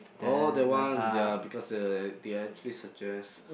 oh that one ya because uh they actually suggest